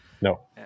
No